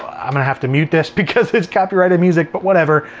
i'm gonna have to mute this because it's copyrighted music, but whatever.